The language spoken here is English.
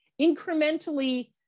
incrementally